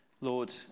Lord